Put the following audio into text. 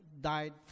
died